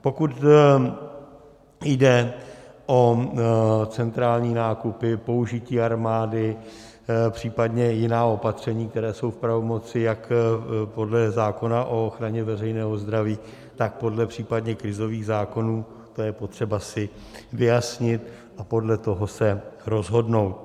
Pokud jde o centrální nákupy, použití armády, příp. jiná opatření, která jsou v pravomoci jak podle zákona o ochraně veřejného zdraví, tak podle případně krizových zákonů, to je potřeba si vyjasnit a podle toho se rozhodnout.